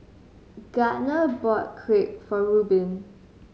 Gardner bought Crepe for Rubin